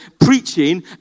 preaching